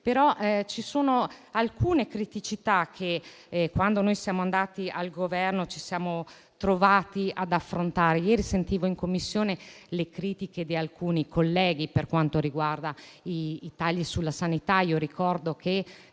Però ci sono alcune criticità che, quando siamo andati al Governo, ci siamo trovati ad affrontare. Ieri sentivo in Commissione le critiche di alcuni colleghi ai tagli sulla sanità. Ricordo che